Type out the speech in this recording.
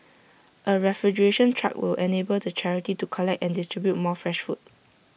A refrigeration truck will enable the charity to collect and distribute more fresh food